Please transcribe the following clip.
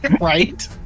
Right